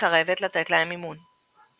מסרבת לתת להם מימון.